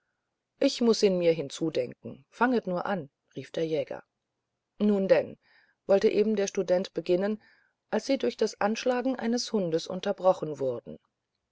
ich muß ihn mir hinzudenken fanget nur an rief der jäger nun denn wollte eben der student beginnen als sie durch das anschlagen eines hundes unterbrochen wurden